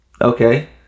Okay